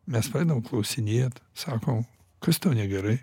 mes pradedam klausinėt sakom kas tau negerai